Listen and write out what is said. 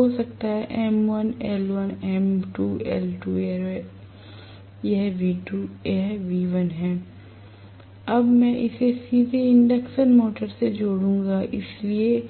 तो हो सकता है M1 L1 M2 L2 यह V2 यह V1 है l अब मैं इसे सीधे इंडक्शन मोटर से जोड़ूंगा इसलिए